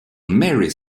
mary